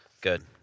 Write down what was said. good